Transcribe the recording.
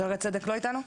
שערי צדק לא איתנו.